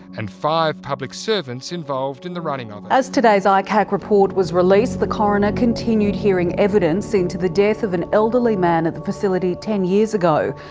and five public servants involved in the running of it. as today's icac report was released, the coroner continued hearing evidence into the death of an elderly man at the facility ten years ago.